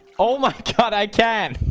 oh my god. i can